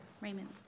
Raymond